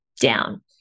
down